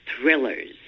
thrillers